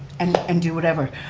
and and do whatever.